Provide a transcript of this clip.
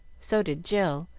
so did jill,